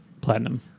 Platinum